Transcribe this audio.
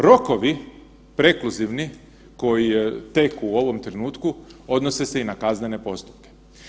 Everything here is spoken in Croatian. Rokovi, prekluzivni koji teku u ovom trenutku, odnose se i na kaznene postupke.